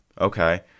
Okay